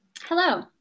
Hello